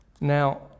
Now